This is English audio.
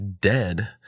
dead